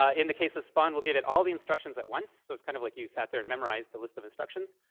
ah in the case of spaun, we'll give it all the instructions at once. so it's kind of like you sat there and memorized the list of instructions.